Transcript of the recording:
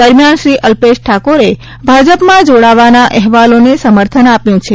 દરમિયાન શ્રી અલ્પેશ ઠાકોરે ભાજપમાં જોડાવાના અહેવાલોને સમર્થન આપ્યું છે